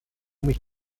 mich